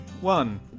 one